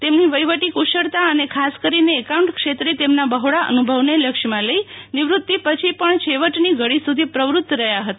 તેમની વહીવટી કુશળતા અને ખાસ કરીને એકાઉન્ટ ક્ષેત્રે તેમના બહોળા અનુભવને લક્ષમાં લઈ નિવ્ત્તી પછી પણ છેવટને ઘડી સુધી પ્રવૃત્ત રહ્યા હતા